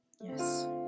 Yes